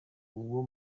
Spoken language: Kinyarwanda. uwo